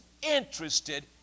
interested